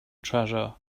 treasure